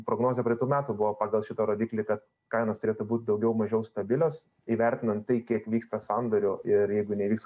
prognozė praeitų metų buvo pagal šitą rodiklį kad kainos turėtų būt daugiau mažiau stabilios įvertinant tai kiek vyksta sandorių ir jeigu neįvyks